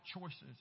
choices